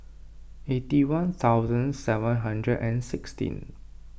eighty one thousand seven hundred and sixteen